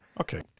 Okay